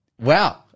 Wow